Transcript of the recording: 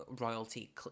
royalty